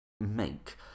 make